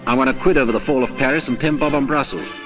i won a quid over the fall of paris and ten bob on brussels,